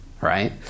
Right